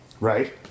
Right